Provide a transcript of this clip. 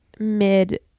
mid